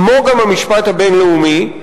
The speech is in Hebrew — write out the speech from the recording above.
כמו המשפט הבין-לאומי,